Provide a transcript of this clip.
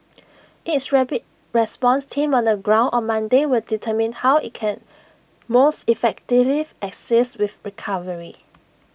its rapid response team on the ground on Monday will determine how IT can most effectively assist with recovery